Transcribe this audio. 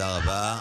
תודה רבה.